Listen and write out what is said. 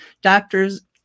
doctors